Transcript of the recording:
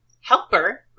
helper